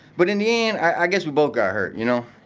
but in the end, i guess we both got hurt, you know?